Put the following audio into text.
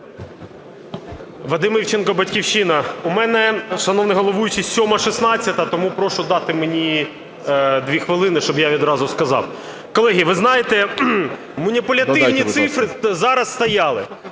Вадим Івченко, "Батьківщина". У мене, шановний головуючий, 7-а і 16-а, тому прошу дати мені 2 хвилин, щоб я відразу сказав. Колеги, ви знаєте, маніпулятивні цифри зараз стояли.